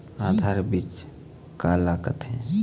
आधार बीज का ला कथें?